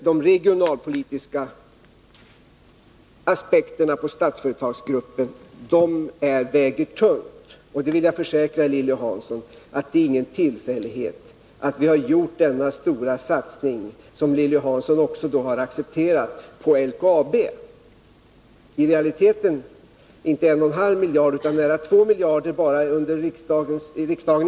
De regionalpolitiska aspekterna på Statsföretagsgruppen väger tungt. Jag vill försäkra Lilly Hansson att det inte är någon tillfällighet att vi har gjort denna stora satsning, som också Lilly Hansson har accepterat, på LKAB. I realiteten är det inte fråga om 1,5 miljarder utan nära 2 miljarder — detta bara under fjolårets riksmöte.